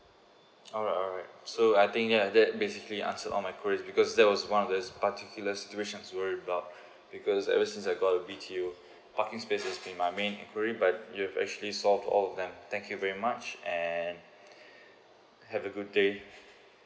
alright alright so I think ya that basically answer all my queries because that was one of this particular situation worry about because ever since I got a B_T_O parking space has been my main enquiry but you have actually solve all of them thank you very much and have a good day